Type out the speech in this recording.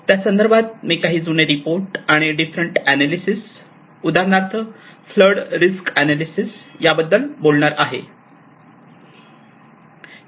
त्यासंदर्भात मी काही जुने रिपोर्ट आणि डिफरंट ऍनॅलिसिस उदाहरणार्थ फ्लड रिस्क ऍनॅलिसिस या बद्दल बोलणार आहे